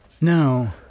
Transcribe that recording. No